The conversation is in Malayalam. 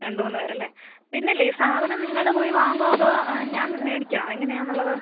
രണ്ട് മൂന്ന് പേർ അല്ലേ പിന്നെ ഇല്ലേ സാധനം നിങ്ങൾ പോയി വാങ്ങുമോ അതോ ഞാൻ മേടിക്കണോ എങ്ങനെയാണെന്നുള്ളത്